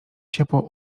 ciepło